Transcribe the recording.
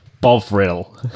Bovril